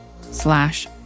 slash